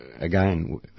again